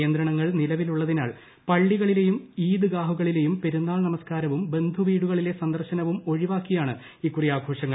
നിയന്ത്രണിങ്ങൾ നിലവിലുള്ളതിനാൽ പള്ളികളിലെയും ഈദ് ഗാഹുകളിലെയും പെരുന്നാൾ നമസ്കാരവും ബന്ധുവീടുകളിലെ സന്ദർശനവും ഒഴിവാക്കിയാണ് ഇക്കുറി ആഘോഷങ്ങൾ